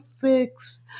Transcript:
fix